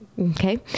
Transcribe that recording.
Okay